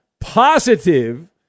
Positive